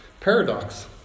paradox